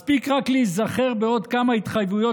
מספיק רק להיזכר בעוד כמה התחייבויות